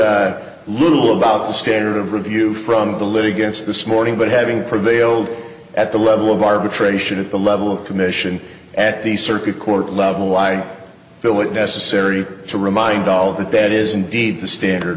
heard little about the standard of review from the litigants this morning but having prevailed at the level of arbitration at the level of commission at the circuit court level why do it necessary to remind all that that is indeed the standard